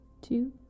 two